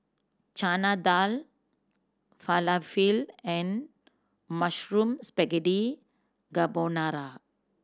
Chana Dal Falafel and Mushroom Spaghetti Carbonara